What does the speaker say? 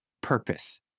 purpose